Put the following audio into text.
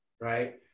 right